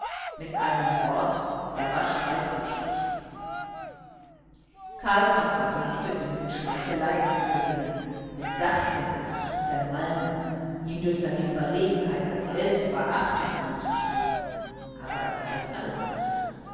mit einem wort er war streitsüchtig carlsson versuchte ihn mit schmeicheleien zu gewinnen mit sachkenntnis zu zermalmen ihm durch seine überlegenheit als älterer achtung einzustoßen aber es half alles nicht